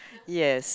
yes